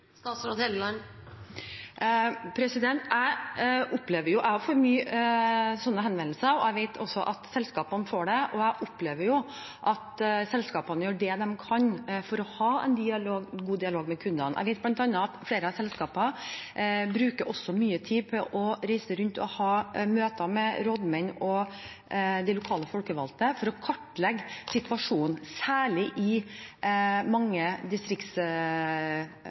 Jeg får også mange slike henvendelser, og jeg vet også at selskapene får det, og jeg opplever jo at selskapene gjør det de kan for å ha en god dialog med kundene. Jeg vet bl.a. at flere av selskapene også bruker mye tid på å reise rundt og ha møter med rådmenn og de lokale folkevalgte for å kartlegge situasjonen, særlig i mange